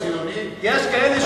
אני אמרתי שהוא יהודי וציוני?